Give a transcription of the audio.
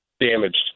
damaged